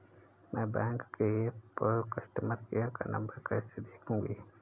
मैं बैंक के ऐप पर कस्टमर केयर का नंबर कैसे देखूंगी?